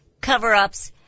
cover-ups